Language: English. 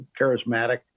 charismatic